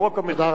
לא רק המחוקקת,